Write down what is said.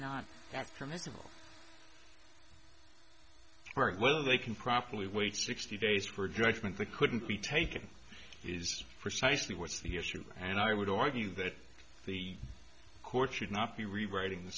not that's permissible very well they can properly wait sixty days for judgment that couldn't be taken is precisely what's the issue and i would argue that the court should not be rewriting the